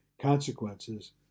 consequences